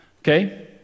Okay